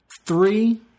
Three